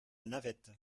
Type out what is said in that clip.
navette